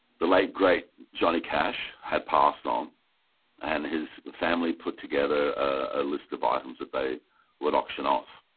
the late great johnny cash had passed on and his family put together a list of items that they would auction off.